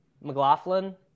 McLaughlin